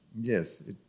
yes